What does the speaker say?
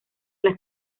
las